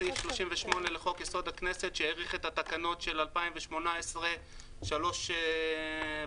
סעיף 38 לחוק יסוד: הכנסת שהאריך את התקנות של 2018 שלוש פעמים,